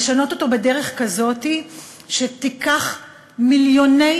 לשנות אותו בדרך כזאת שתיקח מיליוני